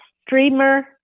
streamer